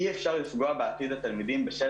אי אפשר לפגוע בעתיד התלמידים בשל